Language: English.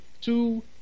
two